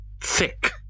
thick